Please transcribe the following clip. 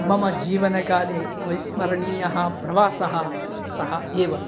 मम जीवनकाले अविस्मरणीयः प्रवासः सः एव